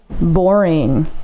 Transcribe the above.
boring